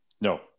No